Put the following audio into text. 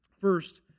First